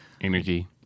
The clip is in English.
Energy